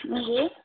हजुर